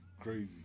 crazy